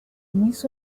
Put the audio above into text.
miss